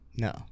No